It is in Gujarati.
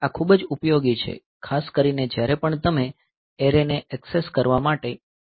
આ ખૂબ જ ઉપયોગી છે ખાસ કરીને જ્યારે પણ તમે એરેને ઍક્સેસ કરવા માટે કોડ લખતા હોવ